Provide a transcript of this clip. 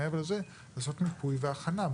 מעבר לזה, לעשות מיפוי והכנה.